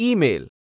Email